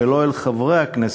ולא אל חברי הכנסת,